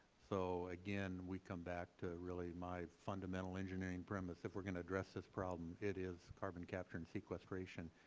so, again, we come back to really my fundamental engineering premise if we are going to address this problem, it is carbon capture and sequestration,